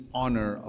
honor